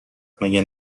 مگه